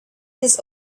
his